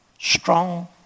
Strong